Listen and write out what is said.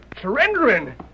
Surrendering